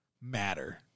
matter